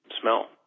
smell